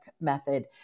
method